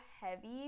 heavy